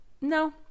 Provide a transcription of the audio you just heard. no